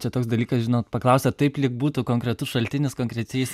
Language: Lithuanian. čia toks dalykas žinot paklausėt taip lyg būtų konkretus šaltinis konkrečiais